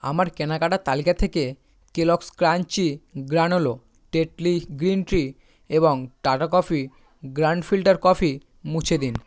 আমার কেনাকাটার তালিকা থেকে Kellogg's crunchy granola Tetley green tea এবং Tata coffee grand filter coffee মুছে দিন